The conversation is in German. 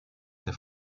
der